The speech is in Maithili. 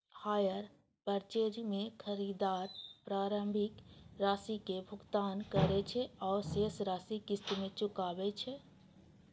हायर पर्चेज मे खरीदार प्रारंभिक राशिक भुगतान करै छै आ शेष राशि किस्त मे चुकाबै छै